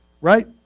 right